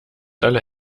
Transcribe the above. alle